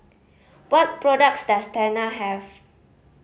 what products does Tena have